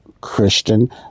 Christian